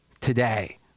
today